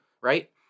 right